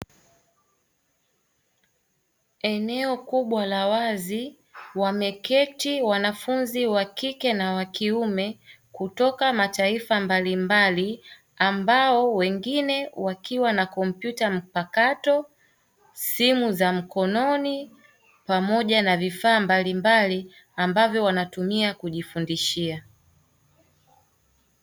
Eneo kubwa la wazi, wameketi wanafunzi wa kike na wa kiume kutoka mataifa mbalimbali, ambao wengine wakiwa na kompyuta mpakato, simu za mkononi, pamoja va vifaa mbalimbali ambavyo wanatumia kujifundishia.